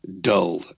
dull